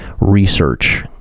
research